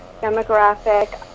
demographic